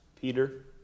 Peter